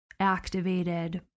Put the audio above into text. Activated